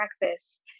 breakfast